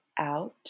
out